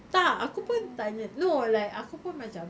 tak aku pun tanya no like aku pun macam